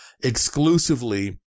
exclusively